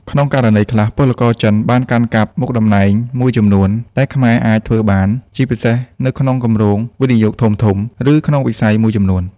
ក្នុងករណីខ្លះ ពលករចិនបានកាន់កាប់មុខតំណែងមួយចំនួនដែលខ្មែរអាចធ្វើបាន ជាពិសេសនៅក្នុងគម្រោងវិនិយោគធំៗ ឬក្នុងវិស័យមួយចំនួន។